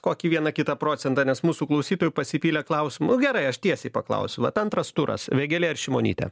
kokį vieną kitą procentą nes mūsų klausytojų pasipylė klausimų nu gerai aš tiesiai paklausiu vat antras turas vėgėlė ar šimonytė